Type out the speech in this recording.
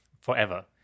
forever